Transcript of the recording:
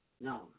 No